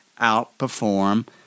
outperform